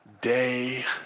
day